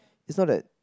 it's not that